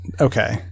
Okay